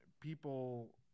people